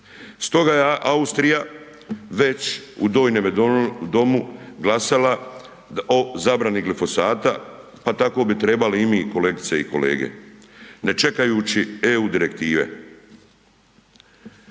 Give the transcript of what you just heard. se ne razumije./... domu glasala o zabrani glifosata, pa tako bi trebali i mi, kolegice i kolege, ne čekajući EU direktive.